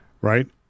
Right